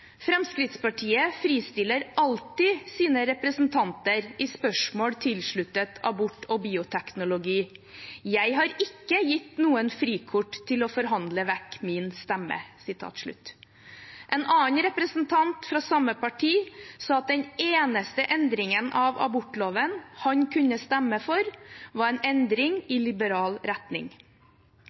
Fremskrittspartiet, stemmer med. Fremskrittspartiets helsepolitiske talsperson har uttalt: «Frp fristiller alltid sine representanter i spørsmål tilsluttet abort og bioteknologi. Og jeg har ikke gitt noen frikort til å forhandle vekk min stemme.» En annen representant fra samme parti sa at den eneste endringen av abortloven han kunne stemme for, var en endring i liberal retning.